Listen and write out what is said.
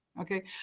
Okay